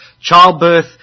Childbirth